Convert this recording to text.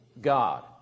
God